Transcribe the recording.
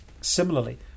similarly